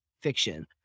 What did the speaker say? fiction